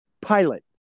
pilot